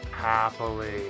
Happily